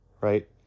Right